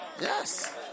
Yes